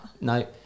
No